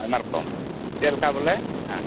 ᱟᱭᱢᱟ ᱨᱚᱠᱚᱢ ᱪᱮᱫ ᱞᱮᱠᱟ ᱵᱚᱞᱮ